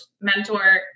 mentor